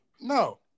No